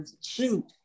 Shoot